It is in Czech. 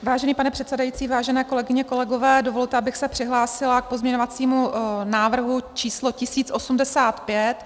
Vážený pane předsedající, vážené kolegyně, kolegové, dovolte, abych se přihlásila k pozměňovacímu návrhu číslo 1085.